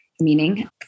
meaning